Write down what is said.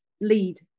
lead